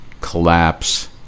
collapse